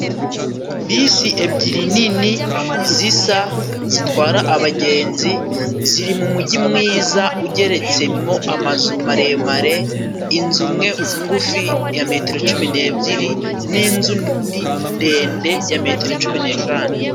Bisi ebyiri nini zisa zitwara abagenzi ziri mu muji mwiza ugeretsemo amazu maremare. Inzu imwe ngufi ya metero cumi n'ebyiri n'indi nzu ndende ya metero cumi n'eshanu.